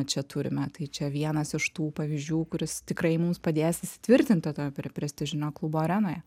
čia turime tai čia vienas iš tų pavyzdžių kuris tikrai mums padės įsitvirtinti toj pre prestižinio klubo arenoje